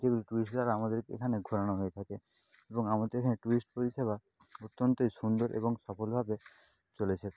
যেগুলি ট্যুরিস্টরা আমাদের এখানে ঘোরানো হয়ে থাকে এবং আমাদের এখানে ট্যুরিস্ট পরিষেবা অত্যন্তই সুন্দর এবং সফলভাবে চলেছে